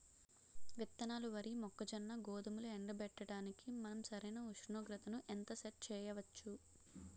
విత్తనాలు వరి, మొక్కజొన్న, గోధుమలు ఎండబెట్టడానికి మనం సరైన ఉష్ణోగ్రతను ఎంత సెట్ చేయవచ్చు?